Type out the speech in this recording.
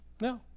No